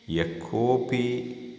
यः कोपि